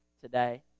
today